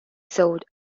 sold